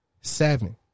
Seven